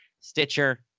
Stitcher